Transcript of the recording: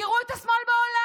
תראו את השמאל בעולם,